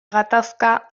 gatazka